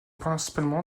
principalement